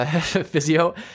physio